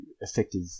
effective